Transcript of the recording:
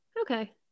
okay